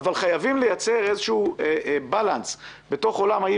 אבל חייבים לייצר איזון בתוך עולם אי